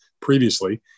previously